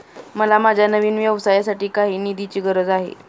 मला माझ्या नवीन व्यवसायासाठी काही निधीची गरज आहे